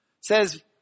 says